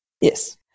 Yes